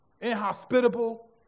inhospitable